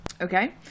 Okay